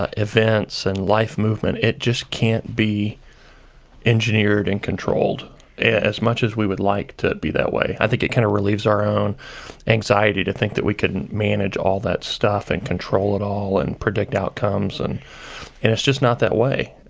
ah events and life movement, it just can't be engineered and controlled as much as we would like to be that way. i think it kind of relieves our own anxiety to think that we could manage all that stuff and control it all, and predict outcomes, and and it's just not that way.